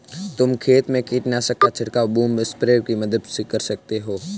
तुम खेत में कीटनाशक का छिड़काव बूम स्प्रेयर की मदद से भी कर सकते हो